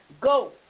Go